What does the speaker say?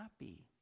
Happy